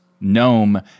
GNOME